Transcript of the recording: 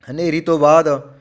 ਹਨੇਰੀ ਤੋਂ ਬਾਅਦ